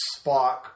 Spock